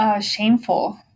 Shameful